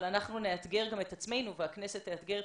אבל אנחנו נאתגר גם את עצמנו והכנסת תאתגר את